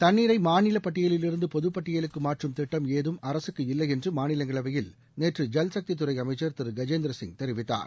தண்ணீரை மாநில பட்டியலிலிருந்து பொது பட்டியலுக்கு மாற்றும் திட்டம் ஏதும் அரசு இல்லை என்று மாநிலங்களவையில் நேற்று ஜல் சக்தி துறை அமைச்சர் திரு கஜேந்திர சிங் தெரிவித்தார்